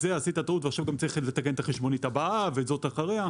עשית טעות ועכשיו צריך גם לתקן את החשבונית הבאה ואת זאת אחריה.